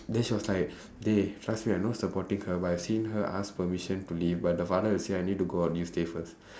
then she was like trust me I not supporting her but I've seen her ask permission to leave but the father would say I need to go out you stay first